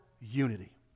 unity